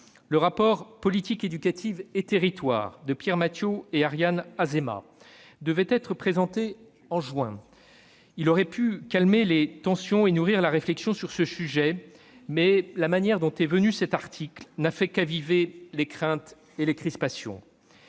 n'a pas forcément été facile. Le rapport de Pierre Mathiot et Ariane Azéma, devait être présenté en juin ; il aurait pu calmer les tensions et nourrir la réflexion sur ce sujet, mais la manière dont a été inséré cet article n'a fait qu'aviver les craintes et les crispations.